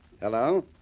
Hello